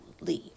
leave